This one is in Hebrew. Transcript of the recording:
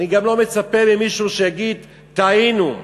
אני גם לא מצפה ממישהו שיגיד: טעינו.